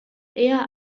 eher